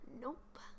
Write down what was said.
Nope